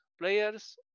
players